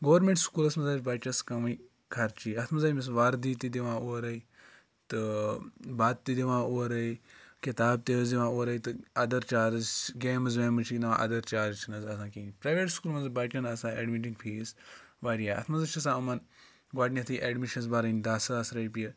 government سکوٗلَس منٛزہَسا بَچَس کَمٕے خرچی اَتھ منٛز أمِس وردی تہِ دِوان اورَے تہٕ بَتہٕ تہِ دِوان اورَے کِتاب تہِ حظ دِوان اورَے تہٕ اَدَر چارٕج گیمٕز ویمٕز چھِ دِوان اَدَر چارٕج چھِنہٕ حظ آسان کِہیٖنۍ پرٛایویٹ سکوٗلَن منٛز بَچَن آسان اٮ۪ڈمِٹِنٛگ فیٖس وارِیاہ اَتھ منٛز حظ چھِ آسان یِمَن گۄڈنٮ۪تھٕے اٮ۪ڈمِشَنَس بَرٕنۍ دَہ ساس رۄپیہِ